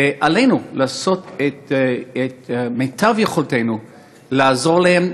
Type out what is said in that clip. ועלינו לעשות את מיטב יכולתנו לעזור להן.